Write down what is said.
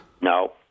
No